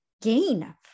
gain